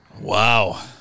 Wow